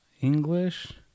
English